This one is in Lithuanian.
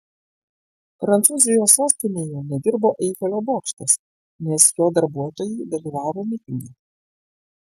prancūzijos sostinėje nedirbo eifelio bokštas nes jo darbuotojai dalyvavo mitinge